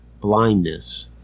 blindness